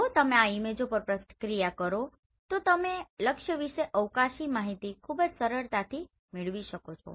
જો તમે આ ઈમેજો પર પ્રક્રિયા કરો તો તમે લક્ષ્ય વિશે અવકાશી માહિતી ખૂબ જ સરળતાથી મેળવી શકો છો